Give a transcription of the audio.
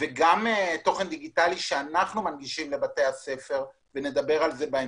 וגם תוכן דיגיטלי שאנחנו מנגישים לבתי הספר ונדבר על זה בהמשך.